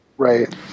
Right